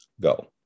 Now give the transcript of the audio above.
go